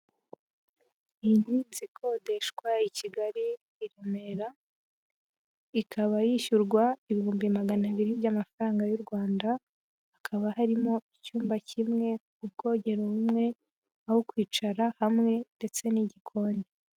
Iyi ni inzu ikodeshwa i Kigali i Remera ikaba yishyurwa ibihumbi 200,000 by'amafaranga y'u Rwanda, hakaba harimo icyumba kimwe, ubwogero bumwe, aho kwicara hamwe ndetse n'igikoni.